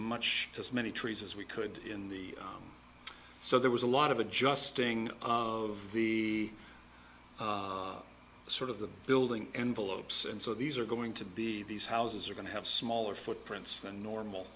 much as many trees as we could in the so there was a lot of adjusting of the sort of the building envelopes and so these are going to be these houses are going to have smaller footprints than normal